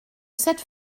cette